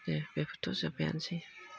दे बेफोरथ' जोबबायानोसै